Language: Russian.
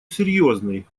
серьезный